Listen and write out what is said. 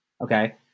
okay